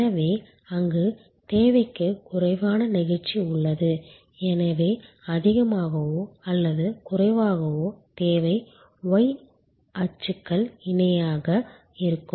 எனவே அங்கு தேவைக்கு குறைவான நெகிழ்ச்சி உள்ளது எனவே அதிகமாகவோ அல்லது குறைவாகவோ தேவை y அச்சுக்கு இணையாக இருக்கும்